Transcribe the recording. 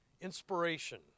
Inspiration